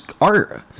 art